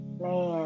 Man